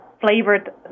flavored